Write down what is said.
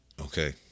Okay